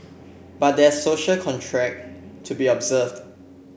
but there's a social contract to be observed